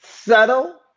subtle